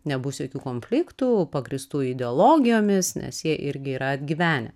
nebus jokių konfliktų pagrįstų ideologijomis nes jie irgi yra atgyvenę